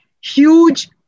huge